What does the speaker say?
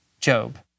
Job